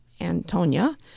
Antonia